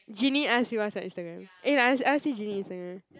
Genie ask you what's your Instagram eh I I see Genie Instagram